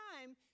time